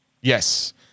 Yes